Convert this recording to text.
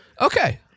Okay